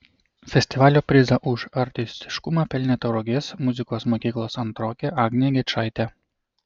festivalio prizą už artistiškumą pelnė tauragės muzikos mokyklos antrokė agnė gečaitė